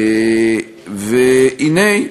והנה,